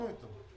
דיברנו אתו.